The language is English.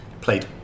played